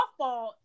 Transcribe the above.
softball